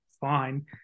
fine